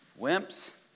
wimps